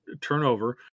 turnover